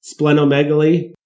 splenomegaly